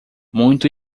muito